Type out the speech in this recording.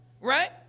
right